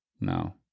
no